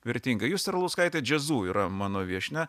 vertinga justė arlauskaitė jazzu yra mano viešnia